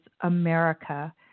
America